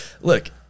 Look